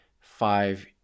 five